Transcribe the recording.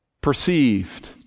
perceived